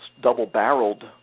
double-barreled